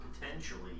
potentially